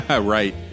right